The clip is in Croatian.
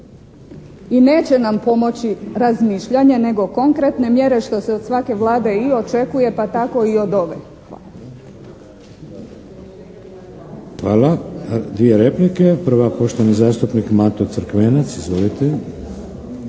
i neće nam pomoći razmišljanje nego konkretne mjere što se od svake Vlade i očekuje pa tako i od ove.